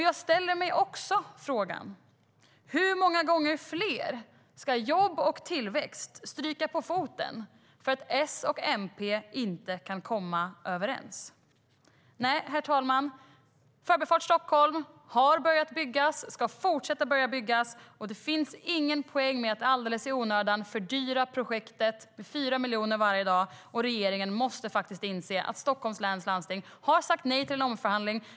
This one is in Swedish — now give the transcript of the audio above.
Jag ställer mig frågan: Hur många gånger till ska jobb och tillväxt få stryka på foten för att S och MP inte kan komma överens? Nej, herr talman, Förbifart Stockholm har börjat byggas, den ska fortsätta att byggas och det finns ingen poäng med att alldeles i onödan fördyra projektet med 4 miljoner varje dag. Regeringen måste faktiskt inse att Stockholms läns landsting har sagt nej till en omförhandling.